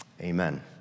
Amen